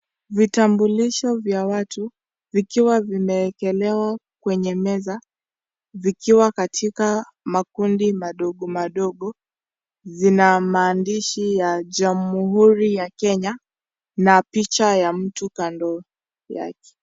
Vitambulisho vya watu vikiwa vime wekelewa kwenye meza vikiwa katika makundi madogo madogo zina maandishi ya jamuhuri ya Kenya na picha ya mtu kando yake.